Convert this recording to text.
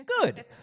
good